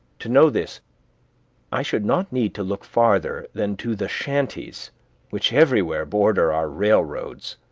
to know this i should not need to look farther than to the shanties which everywhere border our railroads,